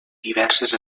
diverses